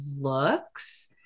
looks